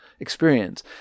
Experience